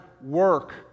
work